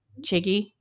Chiggy